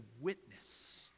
witness